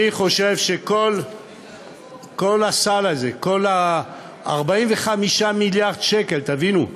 אני חושב שכל הסל הזה, 45 מיליארד שקל, תבינו,